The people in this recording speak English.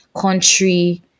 country